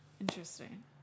Interesting